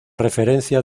referencia